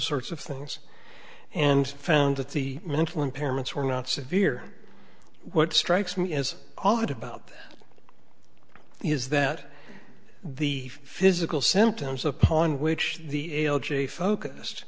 sorts of things and found that the mental impairments were not severe what strikes me as odd about this is that the physical symptoms upon which the a l j focused